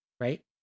right